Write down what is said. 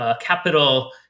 capital